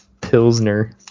pilsner